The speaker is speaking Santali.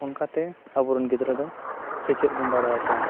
ᱚᱱᱠᱟᱛᱮ ᱟᱵᱚᱨᱮᱱ ᱜᱤᱫᱽᱨᱟᱹ ᱫᱚ ᱥᱮᱪᱮᱫ ᱵᱚᱱ ᱫᱟᱲᱮᱭᱟᱠᱚᱣᱟ